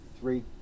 three